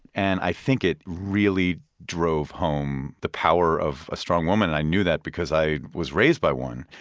and i think it really drove home the power of a strong woman. and i knew that, because i was raised by one.